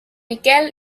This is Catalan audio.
miquel